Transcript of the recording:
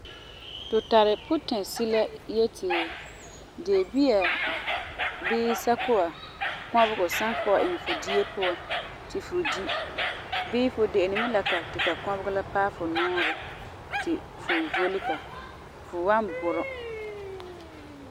tu tari putɛsi'a yeti deebia bii sakua kɔbegɔ san kɔ'ɛ iŋɛ fu dia puan ti fu di bii fu de'eni mɛ la ka ti ka kɔbegɔ la paɛ fu nuuren, ti fu vole ka. Fu wan burum.